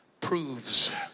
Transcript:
proves